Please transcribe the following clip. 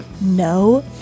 No